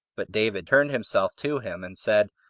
but david turned himself to him, and said,